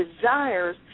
desires